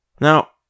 Now